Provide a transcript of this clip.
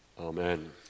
Amen